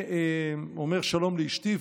ואומר שלום לאשתי ויוצא.